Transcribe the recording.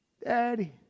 Daddy